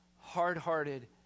hard-hearted